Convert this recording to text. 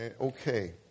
okay